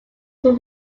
were